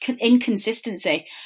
inconsistency